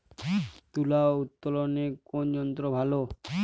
তুলা উত্তোলনে কোন যন্ত্র ভালো?